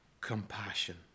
Compassion